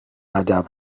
ادب